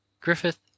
griffith